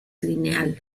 lineal